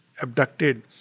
abducted